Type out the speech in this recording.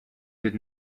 did